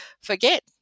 forget